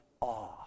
awe